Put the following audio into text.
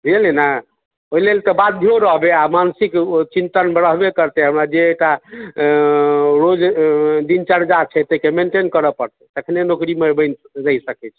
बुझलियै ने ओहिलेल तऽ बाध्यो रहबै आ मानसिक चिन्तनमे रहबे करतै हमरा जे एकटा रोज दिनचर्जा छै ताहिके मैनटेन करए पड़तै तखने नौकरीमे रहि सकैत छी